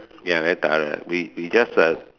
ya very thorough we we just uh